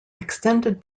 extended